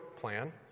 plan